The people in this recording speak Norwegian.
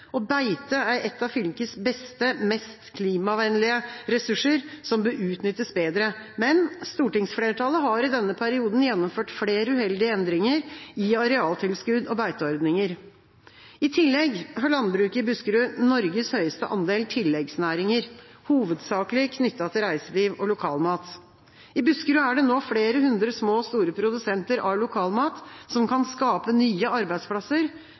Beite er en av fylkets beste, mest klimavennlige ressurser, som bør utnyttes bedre, men stortingsflertallet har i denne perioden gjennomført flere uheldige endringer i arealtilskudd og beiteordninger. I tillegg har landbruket i Buskerud Norges høyeste andel tilleggsnæringer, hovedsakelig knyttet til reiseliv og lokalmat. I Buskerud er det nå flere hundre små og store produsenter av lokalmat, som kan skape nye arbeidsplasser,